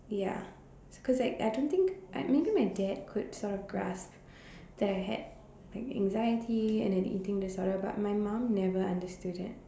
ya cause that I don't think like maybe my dad could sort of grasp that I had like anxiety and an eating disorder but my mom never understood that